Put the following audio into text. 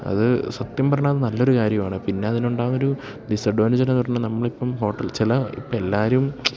അത് സത്യം പറഞ്ഞാല് അത് നല്ലൊരു കാര്യമാണ് പിന്നെ അതിനുണ്ടാകുന്ന ഒരു ഡിസ്അഡ്വാൻറ്റെജ് എന്ന് പറഞ്ഞാല് നമ്മളിപ്പം ഹോട്ടൽ ചില ഇപ്പോള് എല്ലാവരും